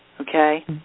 okay